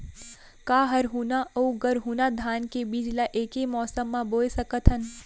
का हरहुना अऊ गरहुना धान के बीज ला ऐके मौसम मा बोए सकथन?